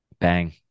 bang